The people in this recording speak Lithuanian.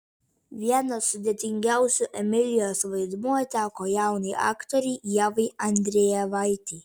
vienas sudėtingiausių emilijos vaidmuo teko jaunai aktorei ievai andrejevaitei